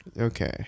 Okay